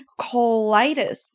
colitis